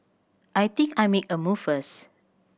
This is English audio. I think I make a move first